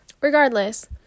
regardless